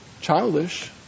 childish